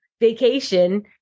vacation